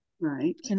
Right